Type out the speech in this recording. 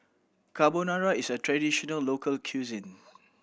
Carbonara is a traditional local cuisine